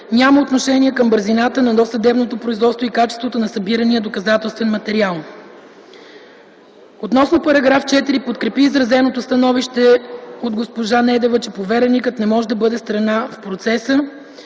няма отношение към бързината на досъдебното производство и качеството на събирания доказателствен материал. Относно § 4 подкрепи изразеното становище от госпожа Недева, че повереникът не може да бъде страна в процеса,